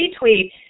retweet